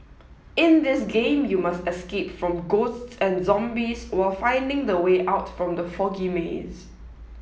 in this game you must escape from ghosts and zombies while finding the way out from the foggy maze